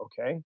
okay